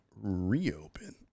Reopen